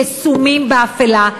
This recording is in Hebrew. כסומים באפלה,